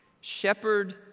Shepherd